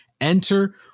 enter